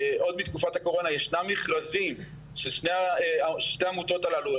עוד מתקופת הקורונה ישנם מכרזים ששתי העמותות הללו,